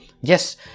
Yes